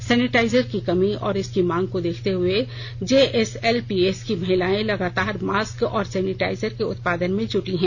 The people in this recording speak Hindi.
सैनिटाइजर की कमी और इसकी मांग को देखते हुए जेएसएलपीएस की महिलाएं लगातार मास्क और सैनिटाइजर के उत्पादन में जुटी है